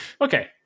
Okay